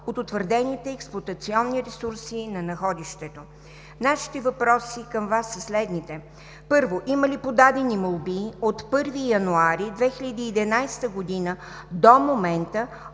от утвърдените експлоатационни ресурси на находището. Нашите въпроси към Вас са следните: първо, има ли подадени молби от 1 януари 2011 г. до момента